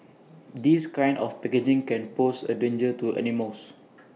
this kind of packaging can pose A danger to animals